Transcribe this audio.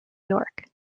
york